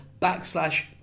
backslash